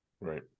Right